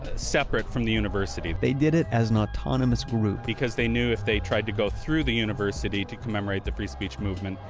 separate from the university they did it as an autonomous group because they knew if they tried to go through the university to commemorate the free speech movement,